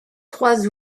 trois